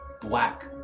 black